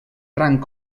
rang